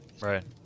Right